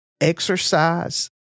exercise